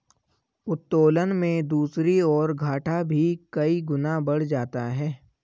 उत्तोलन में दूसरी ओर, घाटा भी कई गुना बढ़ जाता है